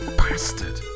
bastard